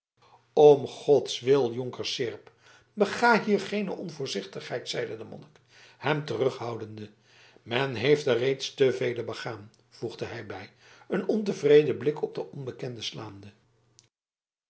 om gods wil jonker seerp bega hier geene onvoorzichtigheid zeide de monnik hem terughoudende men heeft er reeds te vele begaan voegde hij er bij een ontevreden blik op den onbekende slaande